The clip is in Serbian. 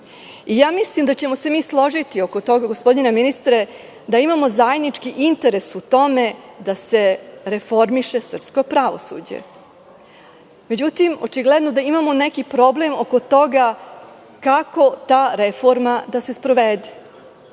Ja mislim da ćemo se mi složiti oko toga gospodine ministre, da imamo zajednički interes u tome da se reformiše srpsko pravosuđe. Očigledno, da imamo neki problem oko toga kako ta reforma da se sprovede,